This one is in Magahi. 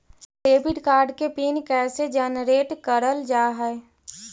डेबिट कार्ड के पिन कैसे जनरेट करल जाहै?